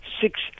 six